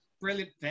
Brilliant